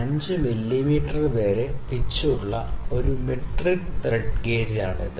5 millimetre വരെ pitch ഉള്ള ഒരു മെട്രിക് ത്രെഡ് ഗേജാണിത്